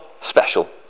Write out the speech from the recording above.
special